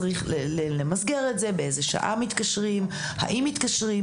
צריך מסגר את זה באיזו שעה מתקשים, האם מתקשרים.